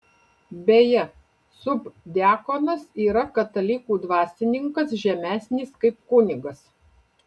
beje subdiakonas yra katalikų dvasininkas žemesnis kaip kunigas